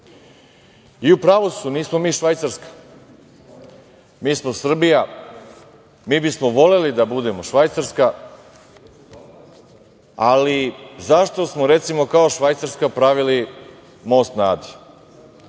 pravu su, nismo mi Švajcarska. Mi smo Srbija. Mi bismo voleli da budemo Švajcarska. Ali zašto smo, recimo, kao Švajcarska pravili Most na Adi?